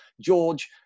George